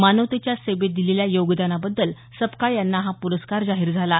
मानवतेच्या सेवेत दिलेल्या योगदानाबद्दल सपकाळ यांना हा पुरस्कार जाहीर झाला आहे